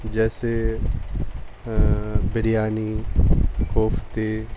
جیسے بریانی کوفتے